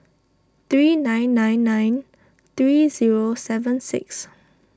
three nine nine nine three zero seven six